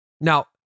Now